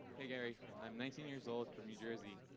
hey gary, i'm nineteen years old from new jersey.